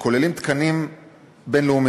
שכוללים תקנים בין-לאומיים.